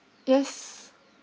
yes